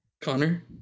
Connor